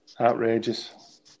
Outrageous